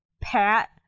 Pat